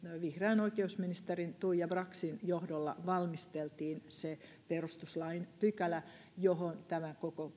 vihreän oikeusministerin tuija braxin johdolla valmisteltiin se perustuslain pykälä johon tämä koko